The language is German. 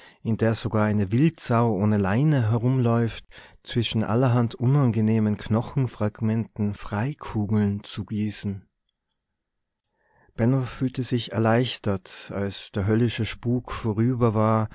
in der sogar eine wildsau ohne leine herumläuft zwischen allerhand unangenehmen knochenfragmenten freikugeln zu gießen benno fühlte sich erleichtert als der höllische spuk vorüber war